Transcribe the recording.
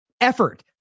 effort